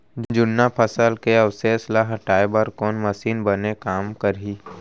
जुन्ना फसल के अवशेष ला हटाए बर कोन मशीन बने काम करही?